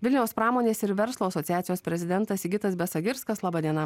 vilniaus pramonės ir verslo asociacijos prezidentas sigitas besagirskas laba diena